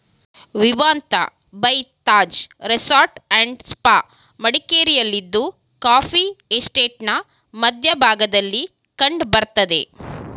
Vivanta by Taj resort and spa ಮಡಿಕೇರಿಯಲ್ಲಿದ್ದು coffee ಎಸ್ಟೇಟ್ನ ಮಧ್ಯ ಭಾಗದಲ್ಲಿ ಕಂಡ್ ಬರ್ತದೆ